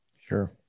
Sure